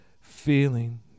feeling